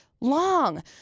long